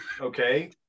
Okay